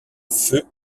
feu